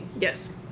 Yes